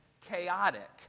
chaotic